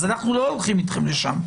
אנו לא הולכים לשם.